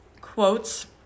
quotes